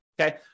okay